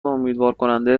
امیدوارکننده